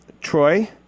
Troy